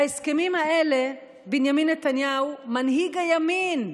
בהסכמים האלה בנימין נתניהו, מנהיג הימין,